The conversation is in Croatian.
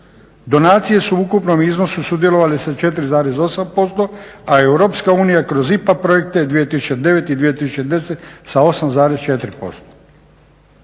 Donacije su u ukupnom iznosu sudjelovale sa 4,8% a EU je kroz IPA projekte 2009. i 2010. sa 8,4%.